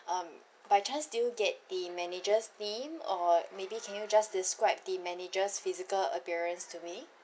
um by chance did you get the manager's name or maybe can you just describe the manager's physical appearance to me